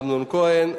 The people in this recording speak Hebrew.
אמנון כהן,